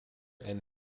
and